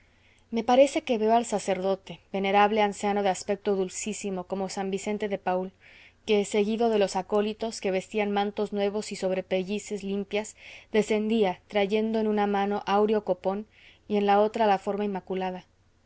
me parece que veo al sacerdote venerable anciano de aspecto dulcísimo como san vicente de paul que seguido de los acólitos que vestían mantos nuevos y sobrepellices limpias descendía trayendo en una mano áureo copón y en la otra la forma inmaculada